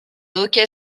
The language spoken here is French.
hockey